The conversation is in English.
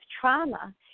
trauma